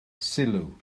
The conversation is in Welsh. sylw